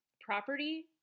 property